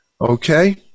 Okay